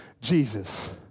Jesus